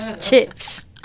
chips